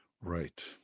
Right